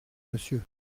monsieur